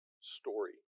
story